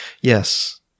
Yes